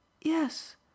Yes